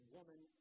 Woman